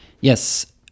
Yes